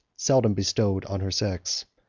seldom bestowed on her sex.